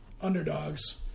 underdogs